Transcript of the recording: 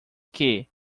que